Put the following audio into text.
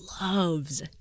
loves